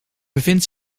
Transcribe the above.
bevindt